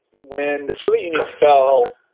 when the soviet union fell,